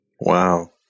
Wow